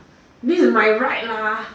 this is my right lah